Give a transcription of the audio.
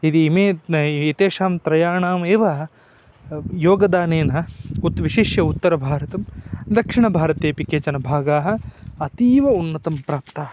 यदि इमे एतेषां त्रयाणामेव योगदानेन उत् विशिष्यम् उत्तरभारतं दक्षिणभारतेपि केचन भागाः अतीव उन्नतं प्राप्ता